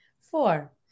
Four